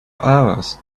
hours